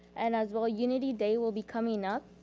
and as well, unity day will be coming up,